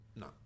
no